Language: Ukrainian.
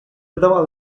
давали